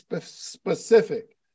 specific